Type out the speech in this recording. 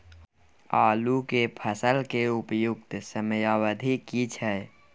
आलू के फसल के उपयुक्त समयावधि की छै?